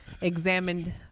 examined